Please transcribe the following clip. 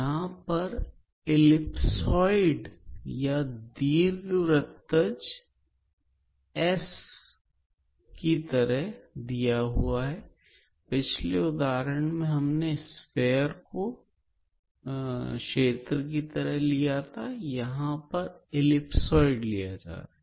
यहां पर यह एक एलिपसॉयड या दीर्घवृत्तज है पिछले उदाहरण में हमने गोले को क्षेत्र की तरह लिया था तथा यहां पर एलिपसॉयड लिया जा रहा है